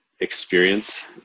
experience